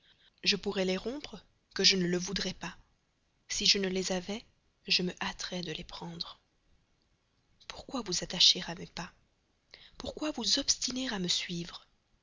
je pourrais les rompre que je ne le voudrais pas si je ne les avais je me hâterais de les prendre pourquoi vous attacher à mes pas pourquoi vous obstiner à me suivre